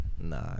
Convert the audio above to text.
Nah